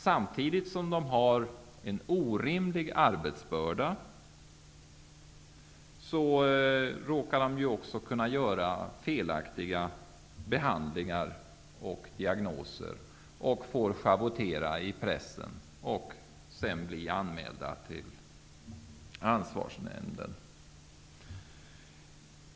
Samtidigt som läkarna har en orimlig arbetsbörda råkar de också kunna genomföra felaktiga behandlingar och ställa felaktiga diagnoser. De får då schavottera i pressen och blir sedan anmälda till ansvarsnämnden.